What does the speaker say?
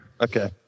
Okay